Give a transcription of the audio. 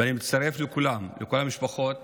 ואני מצטרף לכל המשפחות